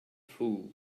fool